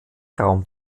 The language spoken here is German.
raum